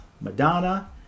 Madonna